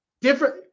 different